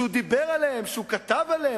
שהוא דיבר וכתב עליהן,